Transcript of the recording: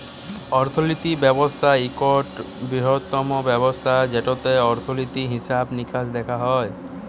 অর্থলিতি ব্যবস্থা ইকট বিরহত্তম ব্যবস্থা যেটতে অর্থলিতি, হিসাব মিকাস দ্যাখা হয়